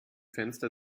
fenster